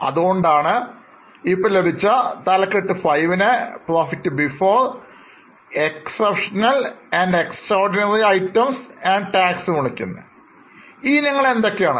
അതുകൊണ്ടാണ് ഇതിനെ അസാധാരണവും അസാധാരണവുമായ ഇനങ്ങൾക്കും നികുതിക്കു മുമ്പുള്ള ലാഭം എന്ന് വിളിക്കുന്നത് ഈ ഇനങ്ങൾ എന്തൊക്കെയാണ്